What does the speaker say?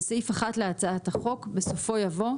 בסעיף 1 להצעת החוק, בסופו יבוא,